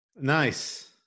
Nice